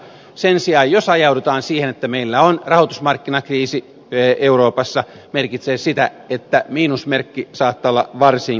sen sijaan jos ajaudutaan siihen että meillä on rahoitusmarkkinakriisi euroopassa merkitsee se sitä että miinusmerkki saattaa olla varsin vahva